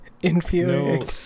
infuriating